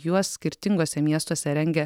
juos skirtinguose miestuose rengia